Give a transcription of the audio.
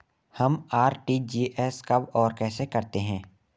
हम आर.टी.जी.एस कब और कैसे करते हैं?